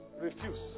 Refuse